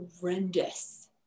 horrendous